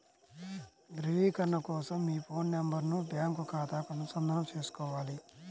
ధ్రువీకరణ కోసం మీ ఫోన్ నెంబరును బ్యాంకు ఖాతాకు అనుసంధానం చేసుకోవాలి